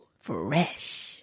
Fresh